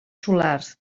solars